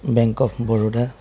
bank of Baroda